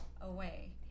away